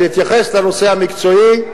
אני אתייחס לנושא המקצועי,